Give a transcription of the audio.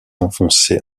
enfoncé